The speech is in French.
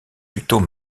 plutôt